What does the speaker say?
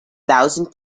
thousand